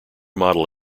model